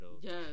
Yes